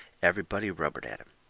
everybody rubbered at him.